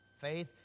faith